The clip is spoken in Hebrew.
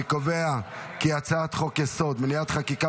אני קובע כי הצעת חוק-יסוד: מניעת חקיקה